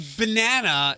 banana